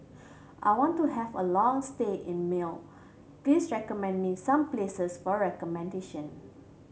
I want to have a long stay in Male please recommend me some places for accommodation